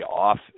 off